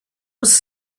was